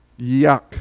Yuck